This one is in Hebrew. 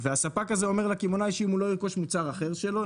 והספק הזה אומר לקמעונאי שאם הוא לא ירכוש מוצר אחר שלו,